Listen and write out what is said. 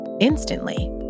instantly